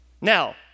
Now